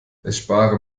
erspare